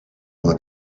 una